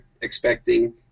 expecting